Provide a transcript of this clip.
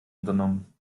unternommen